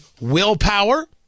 willpower